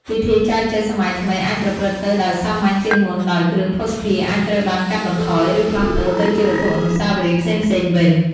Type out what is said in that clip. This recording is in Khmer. ពិធីចែចូវសម័យថ្មីអាចប្រព្រឹត្តទៅដោយសាមញ្ញជាងមុន ដោយ គ្រឿងភស្តុភារអាចត្រូវបានកាត់បន្ថយ ឬផ្លាស់ប្ដូរទៅជាវត្ថុអនុស្សាវរីយ៍ផ្សេងៗវិញ។